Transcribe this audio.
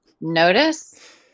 notice